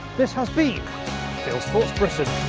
this has been fieldsports britain.